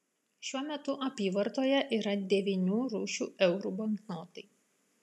šiuo metu apyvartoje yra devynių rūšių eurų banknotai